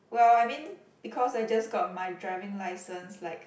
well I mean because I just got my driving license like